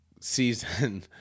season